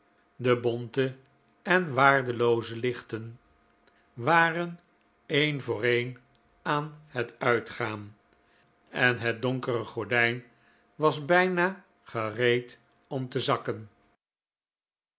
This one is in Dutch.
de bonte en waardelooze lichten waren een voor een aan het uitgaan en het donkere gordijn was bijna gereed om te zakken